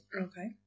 okay